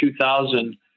2000